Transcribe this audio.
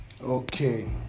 Okay